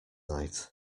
night